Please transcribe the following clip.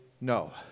no